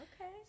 Okay